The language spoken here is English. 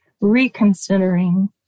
reconsidering